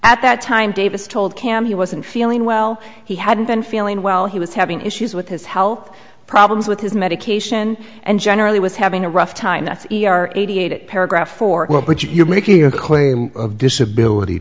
at that time davis told cam he wasn't feeling well he hadn't been feeling well he was having issues with his health problems with his medication and generally was having a rough time that's e r eighty eight paragraph four but you're making a claim of disability